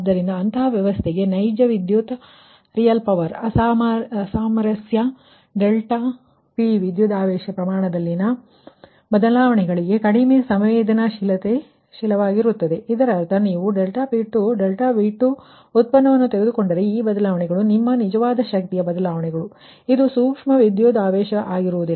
ಆದ್ದರಿಂದ ಅಂತಹ ವ್ಯವಸ್ಥೆಗೆ ನೈಜ ವಿದ್ಯುತ್ ಹೊಂದಿಕೆಯಾಗುವುದಿಲ್ಲ ∆P ವಿದ್ಯುತ್ ವೋಲ್ಟೇಜ್ ಪರಿಮಾಣದಲ್ಲಿನ ಬದಲಾವಣೆಗಳಿಗೆ ಕಡಿಮೆ ಸಂವೇದನಾಶೀಲವಾಗಿರುತ್ತದೆ ಇದರರ್ಥ ನೀವು ∆P2 ∆V2ಡಿರೈವಿಟಿವ್ ವನ್ನು ತೆಗೆದುಕೊಂಡರೆ ಈ ಬದಲಾವಣೆಗಳು ನಿಮ್ಮ ನಿಜವಾದ ಶಕ್ತಿಯ ಬದಲಾವಣೆಗಳು ಸಣ್ಣ ಪ್ರಮಾಣದ ವೋಲ್ಟೇಜ್ ಬದಲಾವಣೆಗೆ ಕಡಿಮೆ ಸಂವೇದನಾಶೀಲವಾಗಿರುತ್ತದೆ